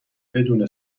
بدون